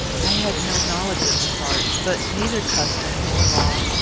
i had no knowledge of this art but neither custom, nor law,